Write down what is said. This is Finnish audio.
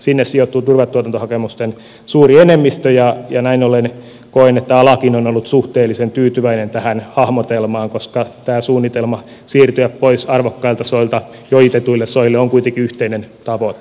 sinne sijoittuu turvetuotantohakemusten suuri enemmistö ja näin ollen koen että alakin on ollut suhteellisen tyytyväinen tähän hahmotelmaan koska tämä suunnitelma siirtyä pois arvokkailta soilta jo ojitetuille soille on kuitenkin yhteinen tavoite